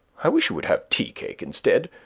i wish you would have tea-cake instead.